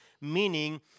meaning